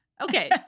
Okay